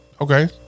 Okay